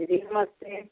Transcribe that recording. दीदी नमस्ते